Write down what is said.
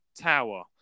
tower